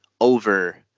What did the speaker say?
Over